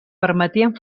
permetien